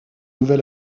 nouvel